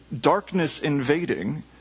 darkness-invading